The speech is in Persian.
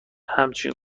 همچین